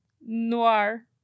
noir